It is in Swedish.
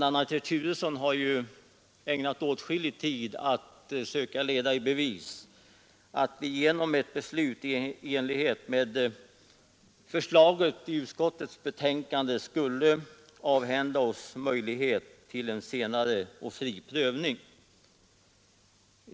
a. herr Turesson har ägnat åtskillig tid åt att söka leda i bevis att vi genom ett beslut i enlighet med utskottets förslag skulle avhända oss möjligheten till en senare, fri prövning.